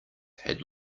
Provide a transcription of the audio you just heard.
had